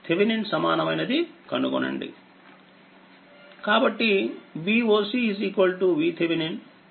కాబట్టిVocVTheveninమరియుRTheveninకనుగొనాలి